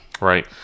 Right